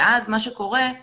ואז מה שקורה הוא